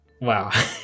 Wow